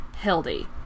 Hildy